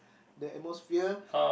the atmosphere